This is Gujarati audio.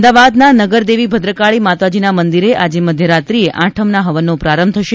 અમદાવાદના નગરદેવી ભદ્રકાળી માતાજીના મંદિરે આજે મધ્યરાત્રિએ આઠમના હવનનો પ્રારંભ થશે